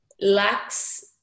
lacks